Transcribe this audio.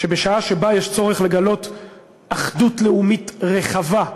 שבשעה שבה יש צורך לגלות אחדות לאומית רחבה,